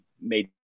made